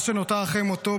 מה שנותר אחרי מותו,